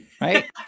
right